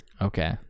Okay